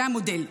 זה המודל.